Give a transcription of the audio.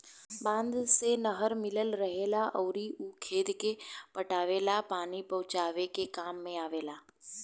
बांध से नहर मिलल रहेला अउर उ खेते के पटावे ला पानी पहुचावे के काम में आवेला